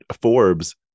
Forbes